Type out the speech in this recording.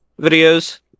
videos